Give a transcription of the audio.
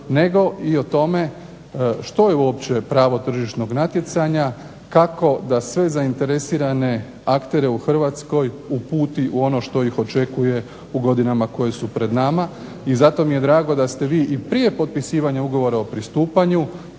nego i o tome što je uopće pravo tržišnog natjecanja, kako da sve zainteresirane aktere u Hrvatskoj uputi u ono što ih očekuje u godinama koje su pred nama. I zato mi je drago da ste vi i prije potpisivanja ugovora o pristupanju